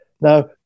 Now